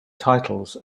titles